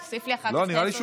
תוסיף לי אחר כך את העשר שניות.